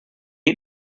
ate